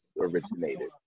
originated